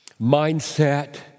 mindset